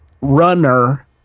runner